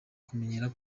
kumenyera